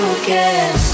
again